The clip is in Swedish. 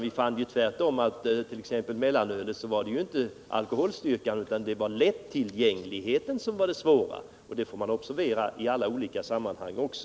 Tvärtom fann vi när det gällde mellanölet att det inte var alkoholstyrkan utan lättillgängligheten som var det svåra. Det får man observera i andra sammanhang också.